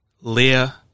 Leah